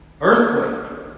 Earthquake